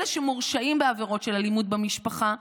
אלה שמורשעים בעבירות של אלימות במשפחה,